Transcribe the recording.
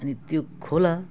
अनि त्यो खोला